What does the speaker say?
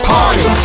Party